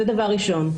שנית,